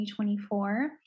2024